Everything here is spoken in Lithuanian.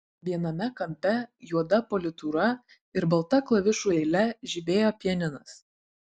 viename kampe juoda politūra ir balta klavišų eile žibėjo pianinas